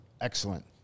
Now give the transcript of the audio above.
Excellent